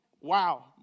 Wow